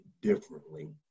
differently